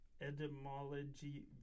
etymology